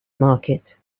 market